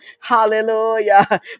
Hallelujah